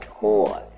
tour